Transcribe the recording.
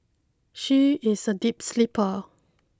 she is a deep sleeper